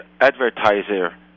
advertiser